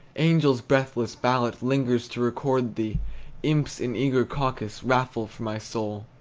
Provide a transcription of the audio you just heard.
angels' breathless ballot lingers to record thee imps in eager caucus raffle for my soul.